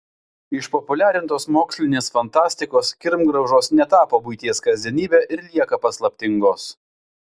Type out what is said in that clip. išpopuliarintos mokslinės fantastikos kirmgraužos netapo buities kasdienybe ir lieka paslaptingos